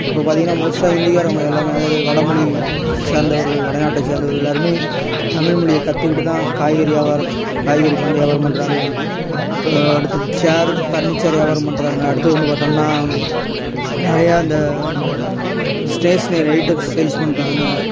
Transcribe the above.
இப்போ பார்த்தீங்கனா மோஸ்ட்டாக ஹிந்திக்காரவங்க எல்லாமே அதாவது வடமொழி சேர்ந்தவர்கள் வடநாட்டை சேர்ந்தவர்கள் எல்லாருமே தமிழ்மொழியை கற்றுக்கிட்டு தான் காய்கறி வியாபாரம் காய்கறி பண்ணி வியாபாரம் பண்ணுறாங்க அடுத்தது சேரு ஃபர்னிச்சர் வியாபாரம் பண்ணுறாங்க அடுத்து வந்து பார்த்தோம்னா நிறையா அந்த ஸ்டேஷ்னரி ஐட்டம்ஸ் சேல்ஸ் பண்ணுறாங்க